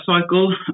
cycle